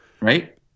right